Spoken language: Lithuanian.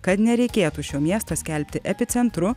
kad nereikėtų šio miesto skelbti epicentru